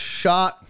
shot